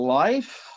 life